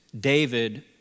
David